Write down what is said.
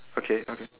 okay okay